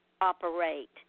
operate